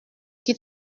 qui